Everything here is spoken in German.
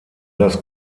das